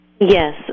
Yes